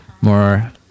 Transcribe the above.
more